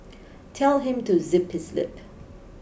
tell him to zip his lip